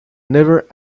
never